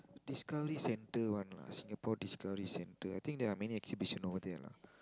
discovery centre one lah Singapore-Discovery-Centre I think there are many exhibition over there lah